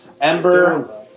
Ember